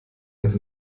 dass